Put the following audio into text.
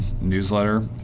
newsletter